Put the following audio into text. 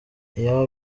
iyaba